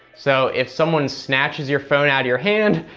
so if someone snatches your phone out of your hand,